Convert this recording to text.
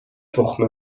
تخم